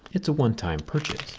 it's a one-time purchase